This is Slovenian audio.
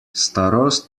starost